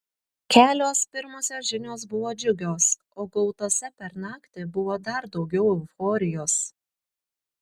kelios pirmosios žinios buvo džiugios o gautose per naktį buvo dar daugiau euforijos